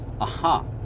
aha